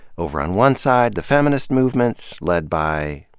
over on one side, the feminist movements. led by,